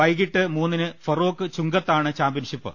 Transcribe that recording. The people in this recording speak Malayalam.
വൈകീട്ട് മൂന്നിന് ഫറോക്ക് ചുങ്കത്താണ് ചാംപ്യൻഷിപ്പ്